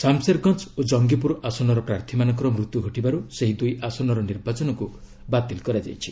ସାମସେରଗଞ୍ଜ ଓ ଜଙ୍ଗିପୁର ଆସନର ପ୍ରାର୍ଥୀମାନଙ୍କର ମୃତ୍ୟୁ ଘଟିବାରୁ ସେହି ଦୁଇ ଆସନର ନିର୍ବାଚନକୁ ବାତିଲ କରାଯାଇଛି